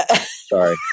Sorry